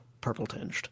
purple-tinged